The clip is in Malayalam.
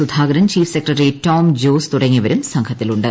സുധാകരൻ ചീഫ് സെക്രട്ടറി ടോം ജോസ് തുടങ്ങിയവരും സംഘത്തിലുണ്ട്